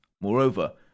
Moreover